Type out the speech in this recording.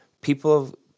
people